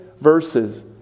verses